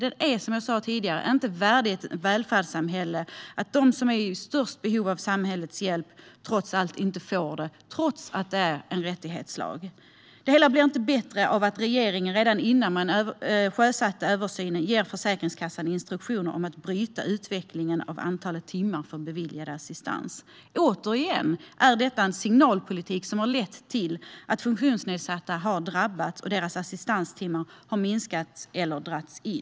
Det är, som jag sa tidigare, inte värdigt ett välfärdssamhälle att de som är i störst behov av samhällets hjälp inte får den - trots att detta är en rättighetslag. Det hela blir inte bättre av att regeringen redan innan man sjösatte översynen gav Försäkringskassan instruktioner om att bryta utvecklingen av antalet timmar beviljad assistans. Återigen: Detta är en signalpolitik som har lett till att funktionsnedsatta har drabbats. Deras assistanstimmar har minskat eller dragits in.